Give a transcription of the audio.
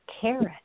carrot